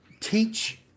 Teach